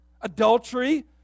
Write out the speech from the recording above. adultery